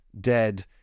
dead